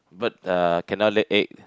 bird uh cannot lay egg